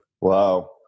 Wow